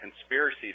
conspiracy